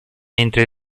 mentre